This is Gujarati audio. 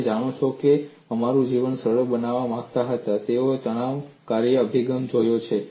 તમે જાણો છો કે લોકો અમારું જીવન સરળ બનાવવા માંગતા હતા તેઓએ તણાવ કાર્ય અભિગમ જોયો છે